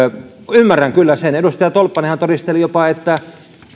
ymmärrän kyllä sen edustaja tolppanenhan todisteli jopa että